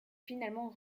finalement